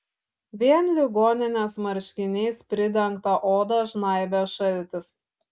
vien ligoninės marškiniais pridengtą odą žnaibė šaltis